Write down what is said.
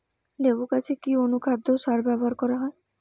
লেবু গাছে কি অনুখাদ্য ও সার ব্যবহার করা হয়?